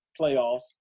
playoffs